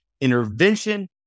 intervention